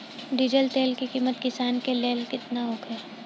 Diesel तेल के किमत किसान के लेल केतना होखे?